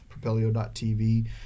propelio.tv